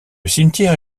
cimetière